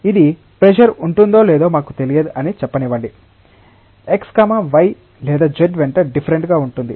ఇది ప్రెషర్ ఉంటుందో లేదో మాకు తెలియదు అని చెప్పనివ్వండి x y లేదా z వెంట డిఫరెంట్ గా ఉంటుంది